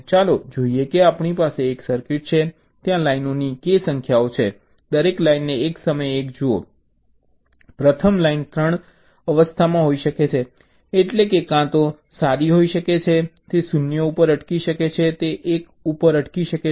ચાલો જોઈએ કે આપણી પાસે એક સર્કિટ છે ત્યાં લાઇનોની k સંખ્યાઓ છે દરેક લાઇનને એક સમયે એક જુઓ પ્રથમ લાઇન 3 અવસ્થામાં હોઈ શકે છે એટલે કે તે કાં તો સારી હોઈ શકે છે તે 0 ઉપર અટકી શકે છે તે 1 ઉપર અટકી શકે છે